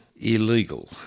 illegal